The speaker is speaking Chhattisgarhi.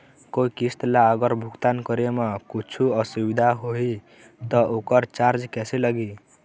कोई किस्त ला अगर भुगतान करे म कुछू असुविधा होही त ओकर चार्ज कैसे लगी?